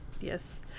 Yes